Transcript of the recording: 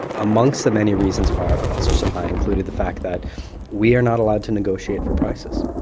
amongst the many reasons why our costs are so high included the fact that we are not allowed to negotiate for prices,